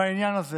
בעניין הזה